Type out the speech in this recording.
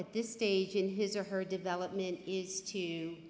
at this stage in his or her development is t